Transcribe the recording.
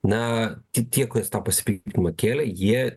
na tie kurie tą pasipiktinimą kėlė jie